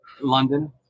London